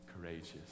courageous